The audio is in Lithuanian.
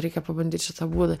reikia pabandyt šitą būdą